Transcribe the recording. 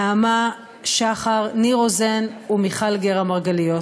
נעמה שחר, ניר רוזן ומיכל גרא-מרגליות.